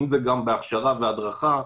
אם זה בהכשרה והדרכה,